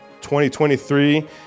2023